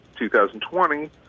2020